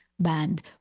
Band